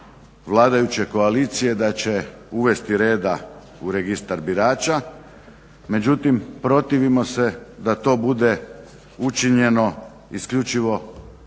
vladajuće koalicije da će uvesti reda u Registar birača, međutim protivimo se da to bude učinjeno isključivo